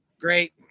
great